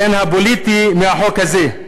על העניין הפוליטי הנובע מהחוק הזה.